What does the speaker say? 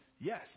Yes